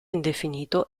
indefinito